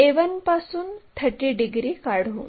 a1 पासून 30 degree काढू